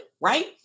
right